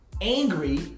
angry